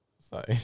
Sorry